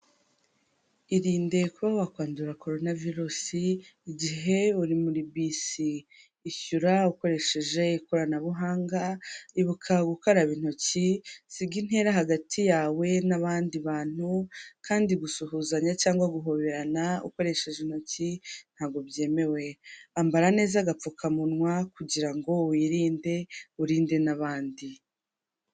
Irinde kuba wakwandura koronavirus igihe uri muri bisi, ishyura ukoresheje ikoranabuhanga ibuka gukaraba intoki usige intera hagati yawe n'abandi bantu, kandi gusuhuzanya cyangwa guhoberana ukoresheje intoki ntabwo byemewe, ambara neza agapfukamunwa kugirango wirinde urinde n'abandi.